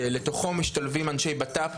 שלתוכו משתלבים אנשי בט"פ,